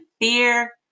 fear